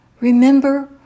Remember